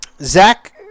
Zach